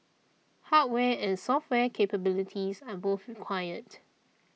hardware and software capabilities are both required